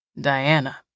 Diana